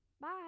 bye